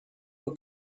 were